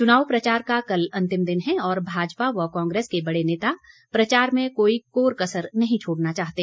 चुनाव प्रचार का कल अंतिम दिन है और भाजपा व कांग्रेस के बड़े नेता प्रचार में कोई कोर कसर नहीं छोड़ना चाहते